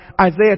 Isaiah